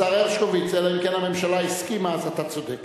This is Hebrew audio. שר המשפטים לסעיף